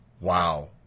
Wow